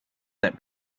that